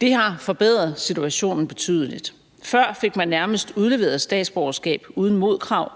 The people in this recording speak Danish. Det har forbedret situationen betydeligt. Før fik man nærmest udleveret statsborgerskab uden modkrav,